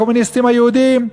הקומוניסטים היהודים?